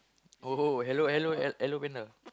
oh hello hello Hello-Panda